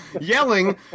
yelling